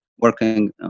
working